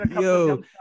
yo